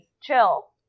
chill